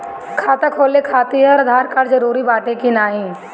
खाता खोले काहतिर आधार कार्ड जरूरी बाटे कि नाहीं?